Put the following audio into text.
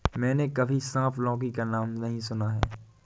मैंने कभी सांप लौकी का नाम नहीं सुना है